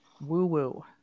woo-woo